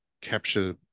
capture